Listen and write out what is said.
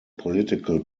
political